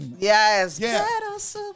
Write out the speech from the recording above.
Yes